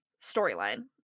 storyline